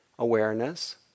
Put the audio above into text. Awareness